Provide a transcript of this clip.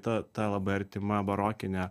ta ta labai artima barokine